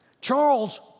Charles